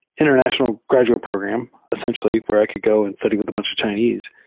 international graduate program, essentially, where i could go and study with a bunch of chinese.